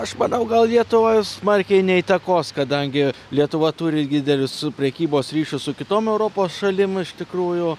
aš manau gal lietuvos smarkiai neįtakos kadangi lietuva turi didelius prekybos ryšius su kitom europos šalim iš tikrųjų